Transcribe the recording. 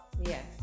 Yes